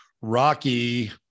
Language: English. Rocky